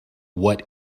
what